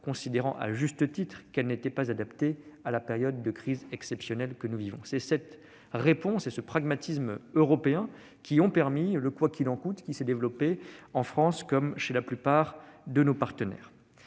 considérant, à juste titre, qu'elles n'étaient pas adaptées à la période de crise exceptionnelle que nous vivions. Cette réponse et ce pragmatisme européen ont permis le « quoi qu'il en coûte » qui s'est développé en France comme chez la plupart de nos partenaires.